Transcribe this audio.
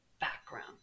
background